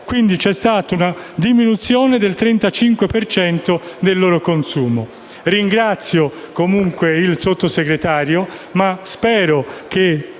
Quindi, c'è stata una diminuzione del 35 per cento del loro consumo. Ringrazio, comunque, il Sottosegretario, e spero che